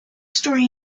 story